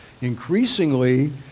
Increasingly